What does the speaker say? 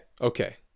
Okay